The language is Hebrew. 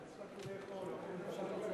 אחרי ההצבעה.